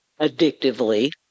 addictively